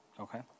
Okay